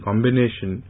Combination